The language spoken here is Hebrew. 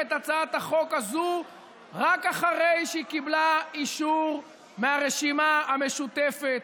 את הצעת החוק הזו רק אחרי שהיא קיבלה אישור מהרשימה המשותפת.